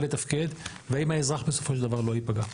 לתפקד והאם האזרח בסופו של דבר לא ייפגע.